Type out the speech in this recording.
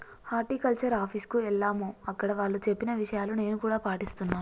horticulture office కు ఎల్లాము అక్కడ వాళ్ళు చెప్పిన విషయాలు నేను కూడా పాటిస్తున్నాను